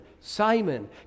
Simon